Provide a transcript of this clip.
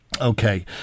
Okay